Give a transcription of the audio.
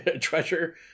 treasure